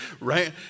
Right